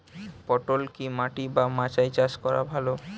পটল কি মাটি বা মাচায় চাষ করা ভালো?